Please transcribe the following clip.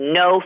no